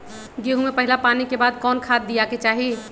गेंहू में पहिला पानी के बाद कौन खाद दिया के चाही?